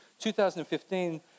2015